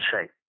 safe